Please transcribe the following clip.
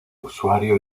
usuario